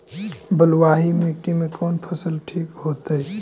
बलुआही मिट्टी में कौन फसल ठिक होतइ?